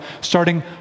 starting